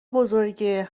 بزرگه